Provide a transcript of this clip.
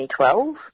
2012